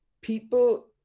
People